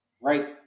right